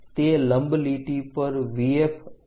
તે લંબ લીટી પર VF અંતર શું થશે